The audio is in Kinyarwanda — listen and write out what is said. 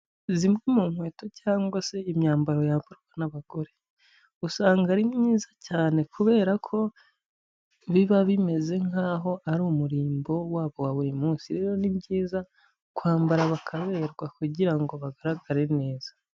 Izi ni ikweto cyangwa se imyambaro yamburwa n'abagore, usanga ari myiza cyane kubera ko biba bimeze nk'aho ari umurimbo wabo wa buri munsi, rero ni byiza kwambara bakaberwa kugira ngo bagaragare neza.